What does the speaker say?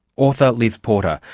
author liz porter.